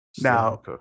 Now